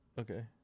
Okay